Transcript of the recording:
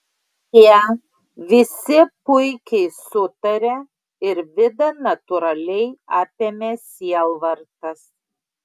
jie visi puikiai sutarė ir vidą natūraliai apėmė sielvartas